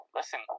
listen